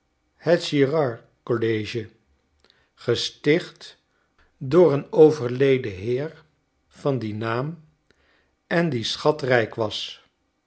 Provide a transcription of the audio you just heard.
het girard college gesticht door een overleden heer van dien naam en die schatrijk was